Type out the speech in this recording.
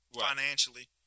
financially